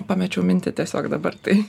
pamečiau mintį tiesiog dabar tai